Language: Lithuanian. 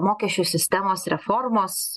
mokesčių sistemos reformos